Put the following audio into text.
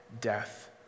death